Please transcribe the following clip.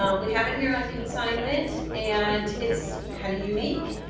um we have it here on consignment and it's kind of unique,